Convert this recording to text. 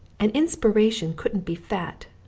an inspiration couldn't be fat,